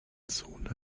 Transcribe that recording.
zone